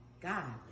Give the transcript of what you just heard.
God